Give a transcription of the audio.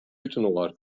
útinoar